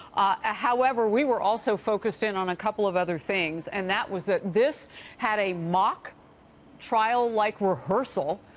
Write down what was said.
ah however, we were also focused in on a couple of other things, and that was that this had a mock trial-like rehearsal,